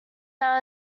now